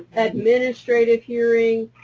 administrative hearing.